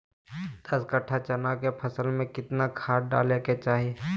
दस कट्ठा चना के फसल में कितना खाद डालें के चाहि?